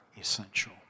essential